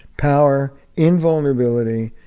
power, invulnerability,